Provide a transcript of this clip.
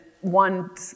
one